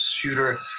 shooter